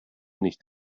nicht